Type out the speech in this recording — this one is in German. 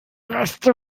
reste